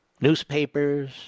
newspapers